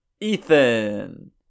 Ethan